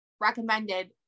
recommended